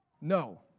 No